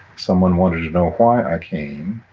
someone wanted to know why i came,